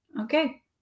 Okay